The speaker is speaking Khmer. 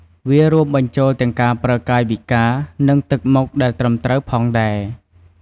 វារួមបញ្ចូលទាំងការប្រើកាយវិការ និងទឹកមុខដែលត្រឹមត្រូវផងដែរ។